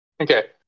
Okay